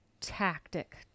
tactic